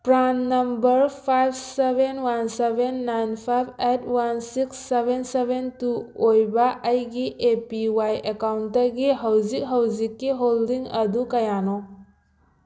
PRAN number five seven one seven nine five eight one six seven seven two ꯑꯣꯏꯕ ꯑꯩꯒꯤ A P Y ꯑꯦꯀꯥꯎꯟꯇꯒꯤ ꯍꯧꯖꯤꯛ ꯍꯧꯖꯤꯛꯀꯤ holding ꯑꯗꯨ ꯀꯌꯥꯅꯣ